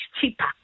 cheaper